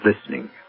listening